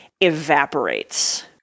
evaporates